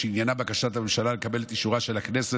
שעניינה בקשת הממשלה לקבל את אישורה של הכנסת